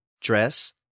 dress